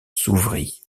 s’ouvrit